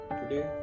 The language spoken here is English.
today